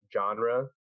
genre